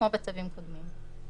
כמו בצווים קודמים.